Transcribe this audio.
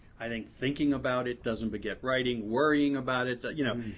i think thinking about it doesn't beget writing. worrying about it, you know.